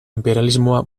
inperialismoa